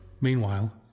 Meanwhile